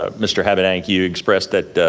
ah mr. habedank, you expressed that